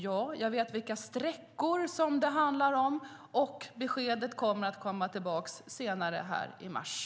Ja, jag vet vilka sträckor det handlar om. Beskedet kommer senare i mars.